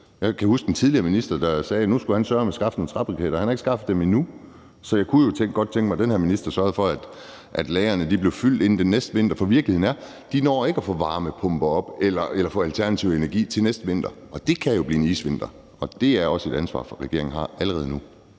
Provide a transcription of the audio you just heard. Jeg kan huske den tidligere minister, der sagde, at nu skulle han søreme skaffe nogle træbriketter, og han har ikke skaffet dem endnu. Så jeg kunne jo godt tænke mig, at den her minister sørgede for, at lagrene blev fyldt inden den næste vinter, for virkeligheden er, at de ikke når at få sat varmepumper op eller få alternativ energi til næste vinter. Det kan jo blive en isvinter, og det er også noget, regeringen har et